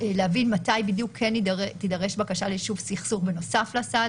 חשוב להבין מתי כן תידרש בקשה ליישוב סכסוך בנוסף לסעד